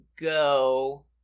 go